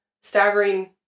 staggering